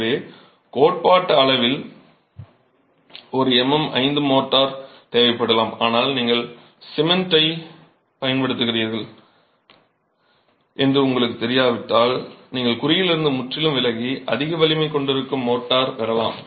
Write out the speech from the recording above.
எனவே கோட்பாட்டளவில் உங்களுக்கு ஒரு MM 5 மோர்ட்டார் தேவைப்படலாம் ஆனால் நீங்கள் எந்த சிமென்ட்டைப் பயன்படுத்துகிறீர்கள் என்று உங்களுக்குத் தெரியாவிட்டால் நீங்கள் குறியிலிருந்து முற்றிலும் விலகி அதிக வலிமை கொண்ட மோர்ட்டாரை பெறலாம்